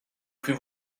plus